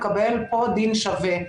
מקבל פה דין שווה.